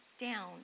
down